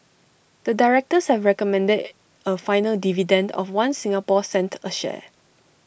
the directors have recommended A final dividend of One Singapore cent A share